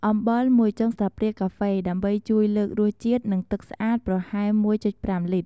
អំបិល ១ ចុងស្លាបព្រាកាហ្វេ ដើម្បីជួយលើករសជាតិ និងទឹកស្អាតប្រហែល ១.៥ លីត្រ។